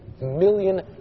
million